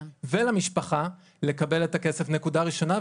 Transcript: ולמשפחה לקבל את הכסף - נקודה ראשונה.